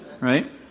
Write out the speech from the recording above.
right